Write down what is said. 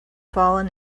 fallen